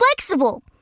flexible